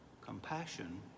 compassion